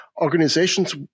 organizations